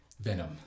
venom